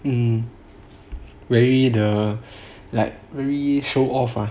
very the like very show off ah